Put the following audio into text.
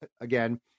again